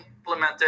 implemented